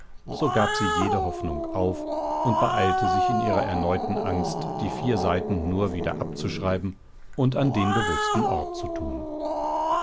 so gab sie jede hoffnung auf und beeilte sich in ihrer erneuten angst die vier seiten nur wieder abzuschreiben und an den bewußten ort zu tun